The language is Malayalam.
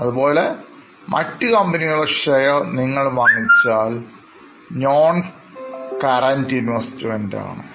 അതുപോലെ മറ്റു കമ്പനികളുടെ ഷെയർ നിങ്ങൾ വാങ്ങിച്ചാൽ NonCurrent Investmentആണ്